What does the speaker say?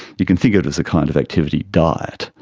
you can think of it as a kind of activity diet.